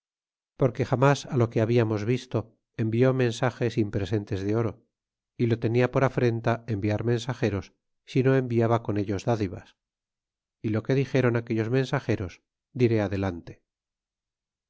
porque jamas a lo que habiamos visto envió mensage sin presentes de oro y lo tenia por afrenta enviar mensageros si no enviaba con ellos dádivas y lo que dixéron aquellos mensageros diré adelante